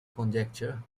conjecture